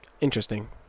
Interesting